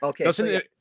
Okay